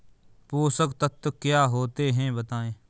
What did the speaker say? पोषक तत्व क्या होते हैं बताएँ?